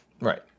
Right